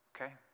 Okay